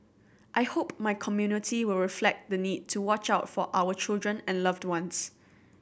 I hope my community will reflect the need to watch out for our children and loved ones